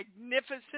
magnificent